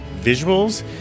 visuals